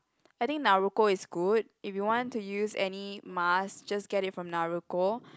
I think Naruko is good if you want to use any mask just get it from Naruko